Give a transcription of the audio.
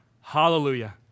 hallelujah